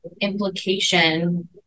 implication